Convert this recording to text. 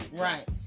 right